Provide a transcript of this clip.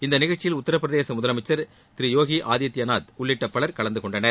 இந்த நிகழ்ச்சியில் உத்தாப் பிரதேச முதலமைச்சர் திரு யோகி ஆதித்யநாத் உள்ளிட்ட பலர் கலந்து கொண்டனர்